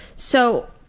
so,